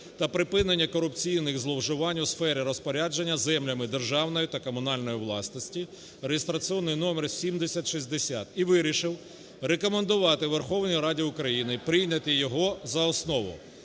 та припинення корупційних зловживань у сфері розпорядження землями державної та комунальної власності (реєстраційний номер 7060) і вирішив рекомендувати Верховній Раді України прийняти його за основу.